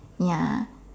ya